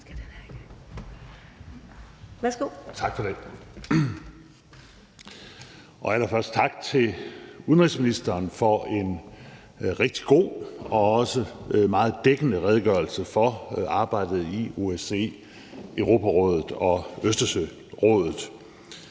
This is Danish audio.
Tak for det. Allerførst tak til udenrigsministeren for en rigtig god og også meget dækkende redegørelse for arbejdet i OSCE, Europarådet og Østersørådet.